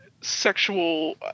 sexual